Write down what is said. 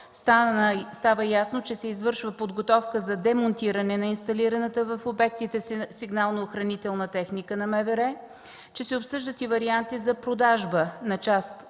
става ясно, че се извършва подготовка за демонтиране на инсталираната в обектите сигнално-охранителна техника на МВР, че се обсъждат варианти за продажба на част от